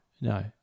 no